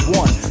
one